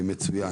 מצוין.